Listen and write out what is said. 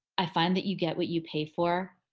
i find that you get what you pay for.